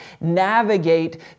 navigate